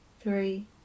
three